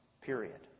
Period